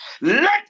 let